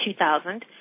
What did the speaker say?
2000